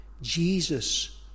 Jesus